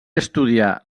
estudià